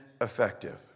effective